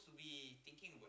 we thinking